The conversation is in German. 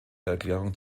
erklärung